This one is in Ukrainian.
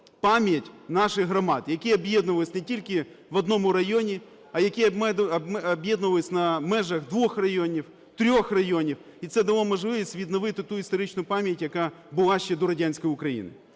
пам'ять наших громад, які об'єднувалися не тільки в одному районі, а які об'єднувалися на межах двох районів, трьох районів. І це дало можливість відновити ту історичну пам'ять, яка була ще до радянської України.